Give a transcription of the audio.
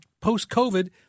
post-COVID